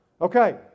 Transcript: Okay